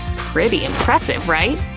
pretty impressive, right?